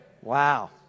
Wow